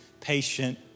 patient